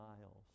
miles